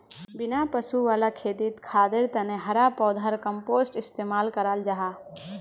बिना पशु वाला खेतित खादर तने हरा पौधार कम्पोस्ट इस्तेमाल कराल जाहा